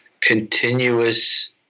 continuous